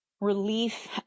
relief